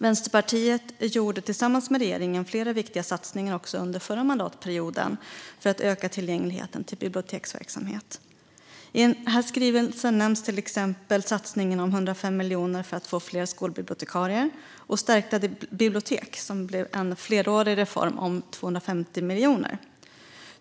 Vänsterpartiet har tillsammans med regeringen gjort flera viktiga satsningar också under förra mandatperioden för att öka tillgängligheten till biblioteksverksamhet. I skrivelsen nämns till exempel satsningen om 105 miljoner för att få fler skolbibliotekarier och Stärkta bibliotek, som blev en flerårig reform om 250 miljoner.